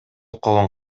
колун